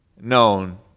known